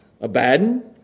Abaddon